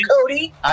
Cody